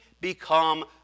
become